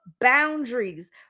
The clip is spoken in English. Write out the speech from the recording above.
Boundaries